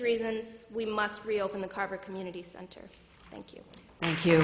reasons we must reopen the carver community center thank you thank you